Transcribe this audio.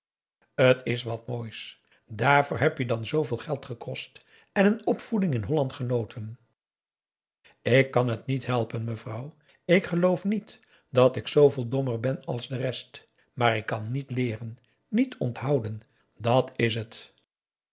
het is wat moois dààrvoor heb je dan zooveel geld gekost en een opvoeding in holland genoten ik kan t niet helpen mevrouw ik geloof niet dat ik zooveel dommer ben als de rest maar ik kan niet leeren niet onthouden dàt is het